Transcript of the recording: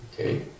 okay